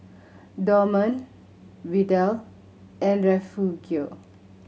Dorman Vidal and Refugio